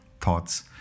thoughts